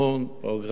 פרוגרמות,